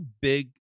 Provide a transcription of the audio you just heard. big